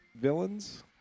Villains